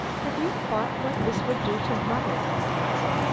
have you thought what this would do to mother? i asked.